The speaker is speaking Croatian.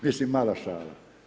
Mislim, mala šala.